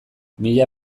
mila